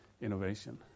innovation